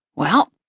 well,